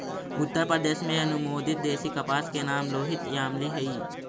उत्तरप्रदेश में अनुमोदित देशी कपास के नाम लोहित यामली हई